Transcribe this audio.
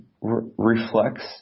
reflects